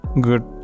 good